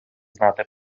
знати